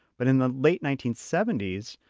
but in the late nineteen seventy s,